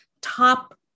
top